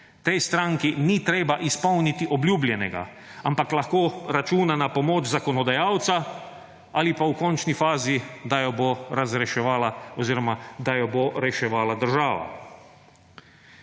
tej stranki ni treba izpolniti obljubljenega, ampak lahko računa na pomoč zakonodajalca ali pa v končni fazi, da jo bo reševala država.